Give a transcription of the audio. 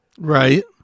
right